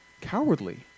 cowardly